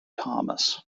thomas